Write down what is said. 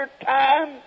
time